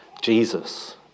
Jesus